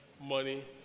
Money